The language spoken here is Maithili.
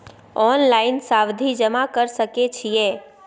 ऑनलाइन सावधि जमा कर सके छिये?